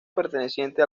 perteneciente